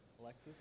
Alexis